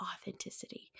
authenticity